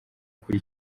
kuri